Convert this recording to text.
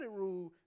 rule